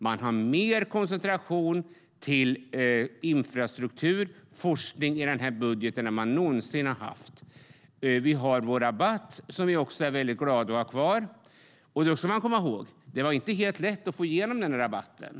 Det är mer koncentration på infrastruktur och forskning i den här budgeten än vad man någonsin har haft. Vi har vår rabatt, som vi är väldigt glada över att ha kvar. Då ska man komma ihåg att det inte var helt lätt att få igenom den rabatten.